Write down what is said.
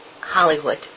Hollywood